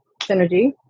synergy